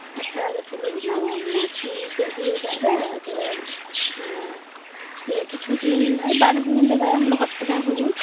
ᱟᱪᱷᱲᱟ ᱜᱟᱪᱷᱤᱞᱮ ᱵᱮᱱᱟᱣᱟ ᱢᱟᱱᱮ ᱥᱤ ᱠᱮᱜ ᱜᱮ ᱫᱟᱜ ᱨᱮ ᱟᱫᱚ ᱤᱭᱟᱹ ᱠᱤᱪᱷᱩ ᱫᱤᱱ ᱳᱭ ᱵᱟᱨ ᱧᱤᱫᱟᱹ ᱜᱟᱡ ᱞᱚᱦᱚᱫ ᱠᱮᱫᱟᱢ ᱦᱩᱲᱩ